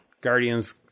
Guardians